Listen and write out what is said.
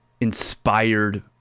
inspired